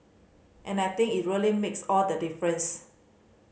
and I think is really makes all the difference